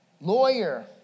Lawyer